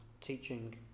teaching